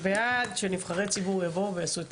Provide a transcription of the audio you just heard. אני בעד שנבחרי ציבור יבואו ויעשו את